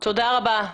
תודה רבה.